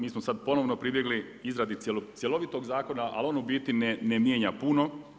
Mi smo sad ponovno pribjegli izradi cjelovitog zakona, ali on u biti ne mijenja puno.